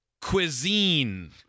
cuisine